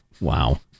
Wow